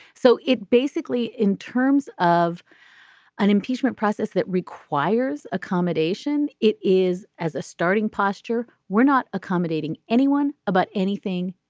so it basically in terms of an impeachment process that requires accommodation. it is as a starting posture. we're not accommodating anyone about anything.